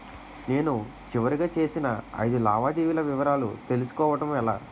నేను చివరిగా చేసిన ఐదు లావాదేవీల వివరాలు తెలుసుకోవటం ఎలా?